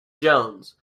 jones